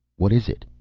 what is it?